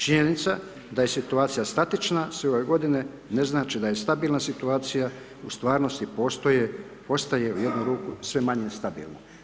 Činjenica da je situacija statična, sve ove godine ne znači da je stabilna situacija, u stvarnosti postaje u jednu ruku, sve manje stabilna.